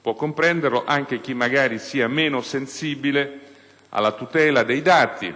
può comprenderlo anche chi magari sia meno sensibile alla tutela dei dati,